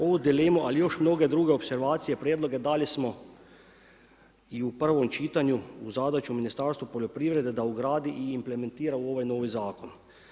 Ovu dilemu, ali još mnoge druge opservacije prijedloge dali smo i u prvom čitanju u zadaću Ministarstvu poljoprivrede da ugradi i implementira u ovaj novi zakon.